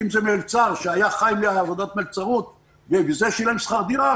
אם זה מלצר שהיה חי מעבודת מלצרות ומזה שילם שכר דירה,